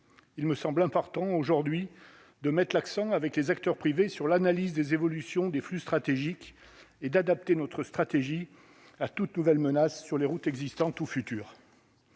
il me semble important aujourd'hui de mettent l'accent, avec les acteurs privés sur l'analyse des évolutions des flux stratégique et d'adapter notre stratégie à toute nouvelle menace sur les routes existantes ou futures.